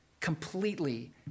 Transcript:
completely